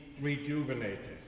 rejuvenated